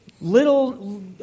little